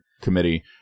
committee